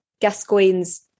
Gascoigne's